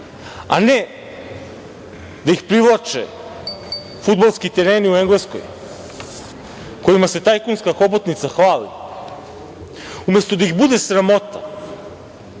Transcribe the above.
a ne da ih privlače fudbalski tereni u Engleskoj kojima se tajkunska hobotnica hvali, umesto da ih bude sramota,